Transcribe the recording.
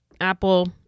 Apple